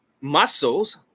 muscles